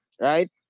Right